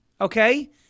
okay